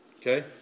Okay